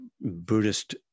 Buddhist